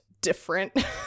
different